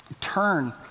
turn